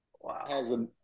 Wow